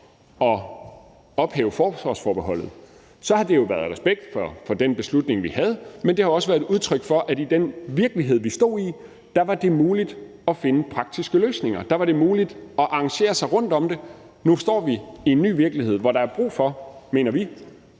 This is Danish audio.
at ophæve forsvarsforbeholdet, har det jo været af respekt for den beslutning, der var taget, men det har også været et udtryk for, at i den virkelighed, vi stod i, var det muligt at finde praktiske løsninger. Der var det muligt at arrangere sig rundt om det. Nu står vi i en ny virkelighed, hvor der er brug for, mener vi,